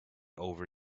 over